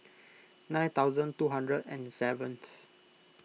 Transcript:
nine thousand two hundred and seventh